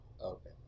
Okay